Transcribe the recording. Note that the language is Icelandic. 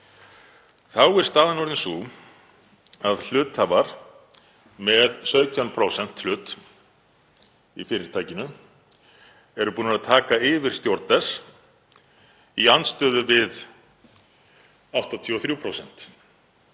Þá er staðan orðin sú að hluthafar með 17% hlut í fyrirtækinu eru búnir að taka yfir stjórn þess í andstöðu við 83%